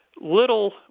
little